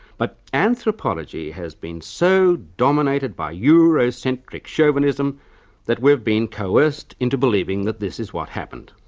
but anthropology has been so dominated by eurocentric chauvinism that we have been coerced into believing that this is what happened.